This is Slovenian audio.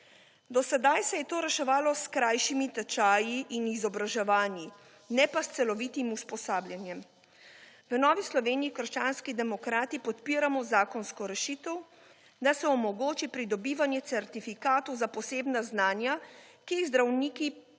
Do sedaj se je to reševalo s krajšimi tečaji in izobraževanji ne pa s celovitim usposabljanjem. V Novi Sloveniji – krščanski demokrati podpiramo zakonsko rešitev, da se omogoči pridobivanje certifikatov za posebna znanja, ki jih zdravniki pridobijo